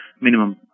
minimum